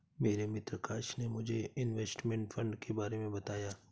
मेरे मित्र आकाश ने मुझे इनवेस्टमेंट फंड के बारे मे बताया